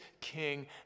king